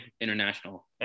international